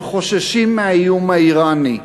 הם חוששים מהאיום האיראני,